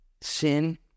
Sin